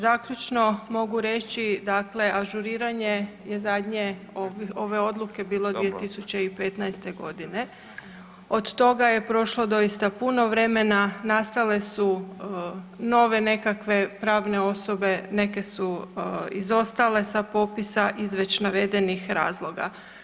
Zaključno mogu reći, dakle ažuriranje je zadnje ove odluke bilo 2015. godine, od toga je prošlo doista puno vremena nastale su nove nekakve pravne osobe, neke su izostale sa popisa iz već navedenih razloga.